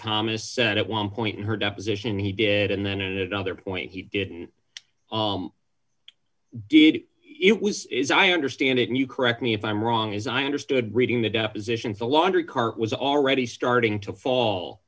thomas senate one point in her deposition he did and then another point he didn't did it was i understand it and you correct me if i'm wrong as i understood reading the depositions the laundry cart was already starting to fall